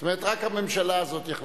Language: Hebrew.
22 בעד, אין מתנגדים, אין נמנעים.